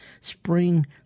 Spring